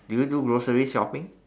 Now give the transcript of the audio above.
do you do grocery shopping